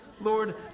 Lord